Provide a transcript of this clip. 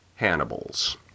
Hannibals